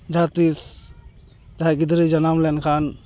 ᱡᱟᱦᱟᱸ ᱛᱤᱥ ᱡᱟᱦᱟᱸᱭ ᱜᱤᱫᱽᱨᱟᱹᱭ ᱡᱟᱱᱟᱢ ᱞᱮᱱᱠᱷᱟᱱ